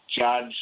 judge